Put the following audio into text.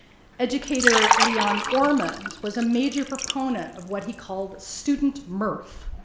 educator leon ormand was a major proponent of what he called student mirth,